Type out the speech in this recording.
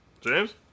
James